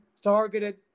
targeted